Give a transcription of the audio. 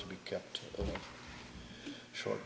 to be kept short